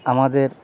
আমাদের